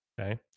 Okay